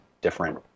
different